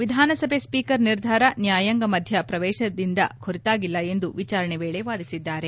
ವಿಧಾನಸಭೆ ಸ್ವೀಕರ್ ನಿರ್ಧಾರ ನ್ಹಾಯಾಂಗ ವ್ಯಾಪ್ತಿಯಿಂದ ಹೊರತಾಗಿಲ್ಲ ಎಂದು ವಿಚಾರಣೆ ವೇಳೆ ವಾದಿಸಿದ್ದಾರೆ